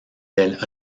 del